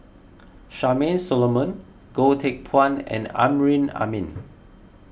Charmaine Solomon Goh Teck Phuan and Amrin Amin